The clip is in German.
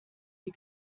sie